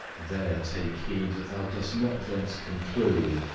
there take heed that thou dost not thence conclude,